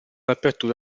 aperture